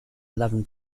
eleven